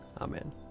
Amen